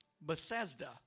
Bethesda